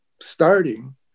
starting